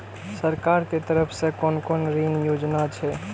सरकार के तरफ से कोन कोन ऋण योजना छै?